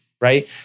Right